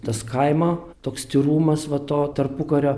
tas kaimą toks tyrumas va to tarpukario